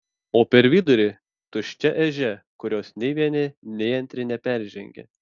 o per vidurį tuščia ežia kurios nei vieni nei antri neperžengia